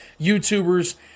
YouTubers